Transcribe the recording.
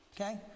okay